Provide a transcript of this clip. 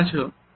কেমন আছো